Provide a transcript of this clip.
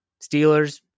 Steelers